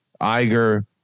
Iger